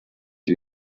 wie